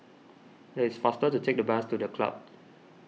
it is faster to take the bus to the Club